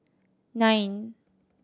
nine